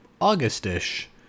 August-ish